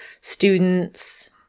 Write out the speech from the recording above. students